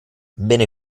bene